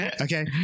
okay